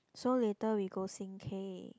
so later we go sing K